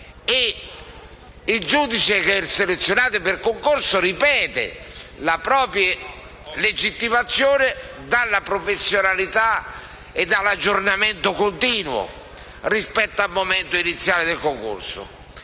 Il giudice selezionato per concorso ripete la propria legittimazione dalla professionalità e dall'aggiornamento continuo rispetto al momento iniziale del concorso.